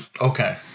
okay